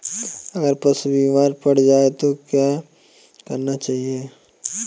अगर पशु बीमार पड़ जाय तो क्या करना चाहिए?